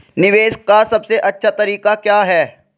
निवेश का सबसे अच्छा तरीका क्या है?